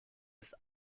ist